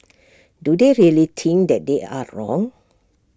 do they really think that they are wrong